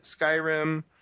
Skyrim